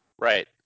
Right